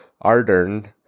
Arden